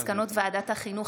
מסקנות ועדת החינוך,